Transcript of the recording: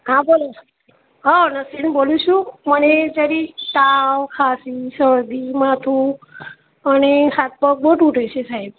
હા બોલો હા નસરીન બોલું છું મને જરી તાવ ખાંસી શરદી માથું અને હાથ પગ બહુ તૂટે છે સાહેબ